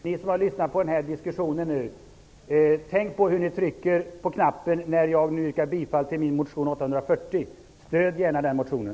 Fru talman! Jag vill bara göra ett litet tillägg till er som har lyssnat på den här diskussionen. Tänk på hur ni trycker på knappen när jag nu yrkar bifall till min motion Ju840. Stöd gärna den motionen.